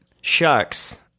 Shucks